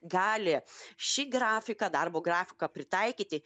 gali šį grafiką darbo grafiką pritaikyti